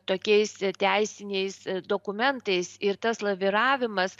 tokiais teisiniais dokumentais ir tas laviravimas